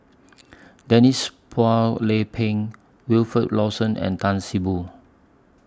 Denise Phua Lay Peng Wilfed Lawson and Tan See Boo